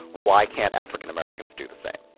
why can't african-americans do the same?